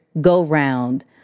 go-round